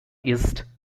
east